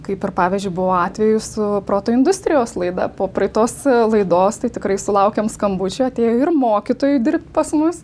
kaip ir pavyzdžiui buvo atvejų su proto industrijos laida po praeitos laidos tai tikrai sulaukėm skambučių atėjo ir mokytojų dirbt pas mus